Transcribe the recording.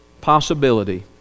possibility